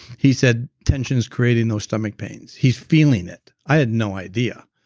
he said, tension's creating those stomach pains. he's feeling it. i had no idea.